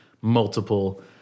multiple